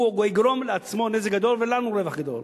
הוא יגרום לעצמו נזק גדול, ולנו רווח גדול.